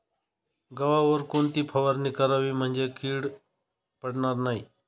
गव्हावर कोणती फवारणी करावी म्हणजे कीड पडणार नाही?